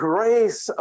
Grace